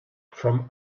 from